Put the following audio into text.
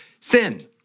sin